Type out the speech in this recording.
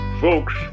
Folks